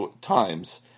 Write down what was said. times